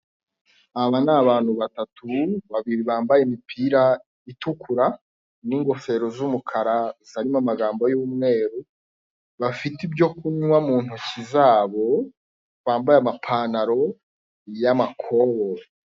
Aba ni abantu batatu, babiri bambaye imipira itukura, n'inzofero z'umukara zarimo amagambo y'umweru, bafite ibyo kunywa mu ntoki zabo, bambaye amapantaro y'amakoboyi.